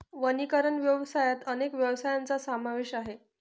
वनीकरण व्यवसायात अनेक व्यवसायांचा समावेश आहे